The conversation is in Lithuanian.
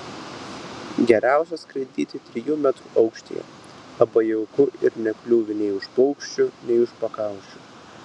geriausia skraidyti trijų metrų aukštyje labai jauku ir nekliūvi nei už paukščių nei už pakaušių